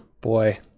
Boy